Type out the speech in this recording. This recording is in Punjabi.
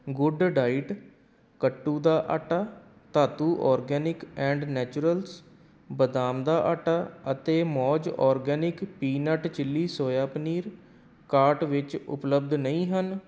ਗੁੱਡਡਾਇਟ ਕੱਟੂ ਦਾ ਆਟਾ ਧਾਤੂ ਆਰਗੈਨਿਕ ਐਂਡ ਨੇਚੁਰਲਸ ਬਦਾਮ ਦਾ ਆਟਾ ਅਤੇ ਮੌਜ਼ organic peanut chilli soya paneer cart ਵਿੱਚ ਉਪਲੱਬਧ ਨਹੀਂ ਹਨ